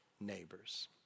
neighbor's